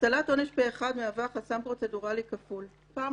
הטלת עונש פה-אחד מהווה חסם פרוצדוראלי כפול: פעם